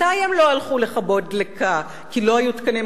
מתי הם לא הלכו לכבות דלקה כי לא היו תקנים?